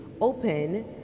open